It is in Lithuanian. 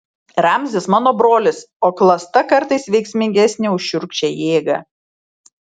ramzis mano brolis o klasta kartais veiksmingesnė už šiurkščią jėgą